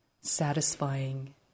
satisfying